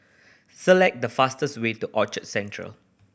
select the fastest way to Orchard Central